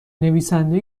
نویسنده